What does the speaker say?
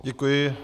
Děkuji.